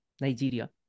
Nigeria